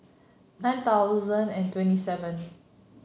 nine thousand and twenty seven